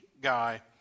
guy